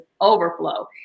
overflow